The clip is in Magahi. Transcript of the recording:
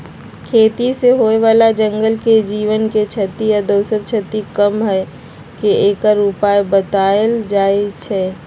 खेती से होय बला जंगल के जीव के क्षति आ दोसर क्षति कम क के एकर उपाय् बतायल जाइ छै